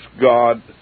God